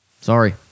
Sorry